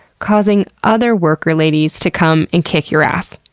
causing other worker ladies to come and kick your ass.